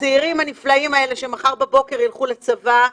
הצעירים הנפלאים האלה שמחר בבוקר יילכו לצבא,